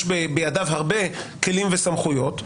יש בידיו הרבה כלים וסמכויות,